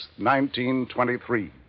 1923